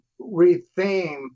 retheme